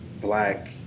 black